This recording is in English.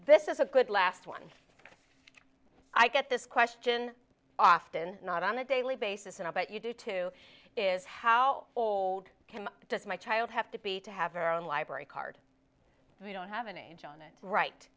this is a good last one i get this question often not on a daily basis and i bet you do too is how old does my child have to be to have their own library card they don't have an age on it right